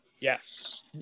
Yes